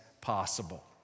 possible